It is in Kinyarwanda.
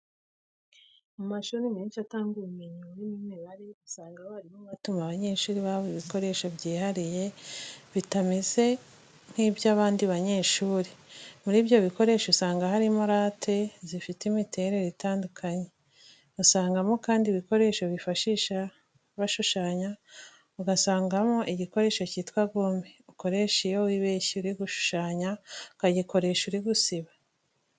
Mu mashuri menshi atanga ubumenyi burimo imibare, usanga abarimu batuma abanyeshuri babo ibikoresho byihariye bitameze nk'iby'abandi banyeshuri. Muri ibyo bikoresho usanga harimo rate zifite imiterere itandukanye, usangamo kandi igikoresho bifashisha bashushanya, ugasangamo igikoresho cyitwa gome, ukoresha iyo wibeshye uri gushushanya, ukagikoresha uri gusiba.